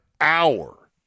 hour